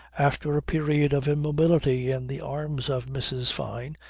after a period of immobility in the arms of mrs. fyne,